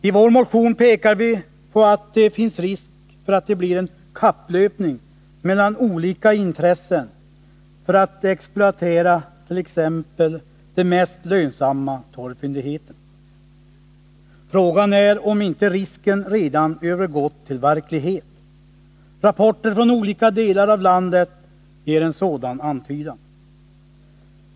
I vår motion pekar vi på att det finns risk för att det blir en kapplöpning mellan olika intressen för att exploatera t.ex. de mest lönsamma torvfyndigheterna. Frågan är om inte risken redan övergått till verklighet; rapporter från olika delar av landet ger en antydan om det.